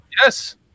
Yes